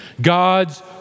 God's